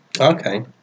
Okay